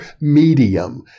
medium